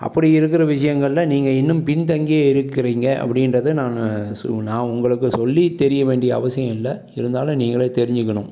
அப்படி இருக்கிற விஷயங்கள்ல நீங்கள் இன்னும் பின் தங்கி இருக்கிறீங்க அப்படின்றத நான் சு நா உங்களுக்கு சொல்லி தெரிய வேண்டிய அவசியம் இல்லை இருந்தாலும் நீங்களே தெரிஞ்சுக்கணும்